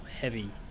Heavy